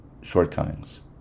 shortcomings